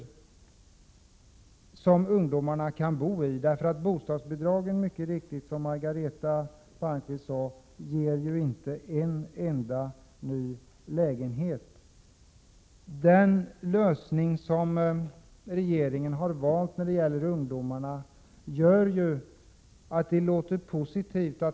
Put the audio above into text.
Det är ju riktigt som Margareta Palmqvist sade att bostadsbidragen ju inte ger en enda ny lägenhet. Den lösning som regeringen valt när det gäller ungdomarna förefaller ju vara positiv.